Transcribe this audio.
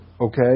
okay